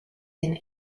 den